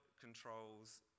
controls